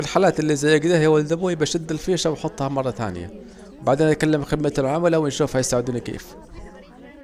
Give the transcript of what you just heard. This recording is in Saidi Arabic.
في الحالات الي زي اكده بشيل الفيشة واحطها مرة تانية، وبعدين اكلم خدمة العملا واشوف هيساعدوني كيف